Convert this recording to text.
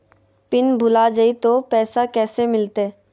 Pin भूला जाई तो पैसा कैसे मिलते?